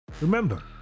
remember